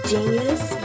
Genius